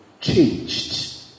Changed